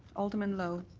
alderman lowe?